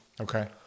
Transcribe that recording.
Okay